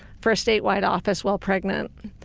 for statewide office while pregnant.